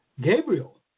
Gabriel